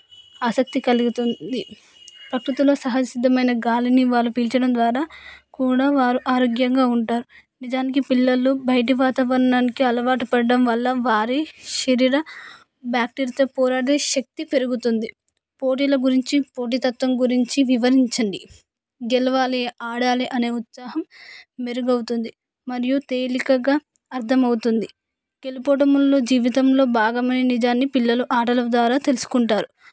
ఆసక్తి కలుగుతుంది ప్రకృతిలో సహజ సిద్ధమైన గాలిని వాళ్ళు పీల్చడం ద్వారా కూడా వారు ఆరోగ్యంగా ఉంటారు నిజానికి పిల్లలు బయటి వాతావరణానికి అలవాటు పడటం వల్ల వారి శరీర బ్యాక్టీరియతో పోరాడి శక్తి పెరుగుతుంది పోటీల గురించి పోటీతత్వం గురించి వివరించండి గెలవాలి ఆడాలి అనే ఉత్సాహం మెరుగవుతుంది మరియు తేలికగా అర్థం అవుతుంది గెలుపు ఓటముల్లో జీవితంలో భాగమైన నిజాన్ని పిల్లలు ఆటలు ద్వారా తెలుసుకుంటారు